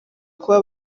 kuba